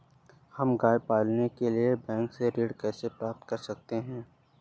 हम गाय पालने के लिए बैंक से ऋण कैसे प्राप्त कर सकते हैं?